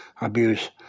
Abuse